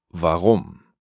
warum